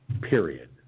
Period